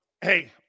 hey